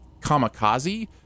kamikaze